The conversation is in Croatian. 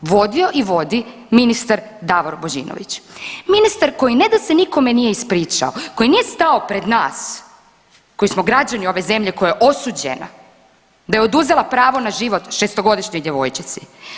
vodio i vodi ministar Davor Božinović, ministar koji ne da se nikome nije ispričao, koji nije stao pred nas koji smo građani ove zemlje koja je osuđena da je oduzela pravo na život 6-godišnjoj djevojčici.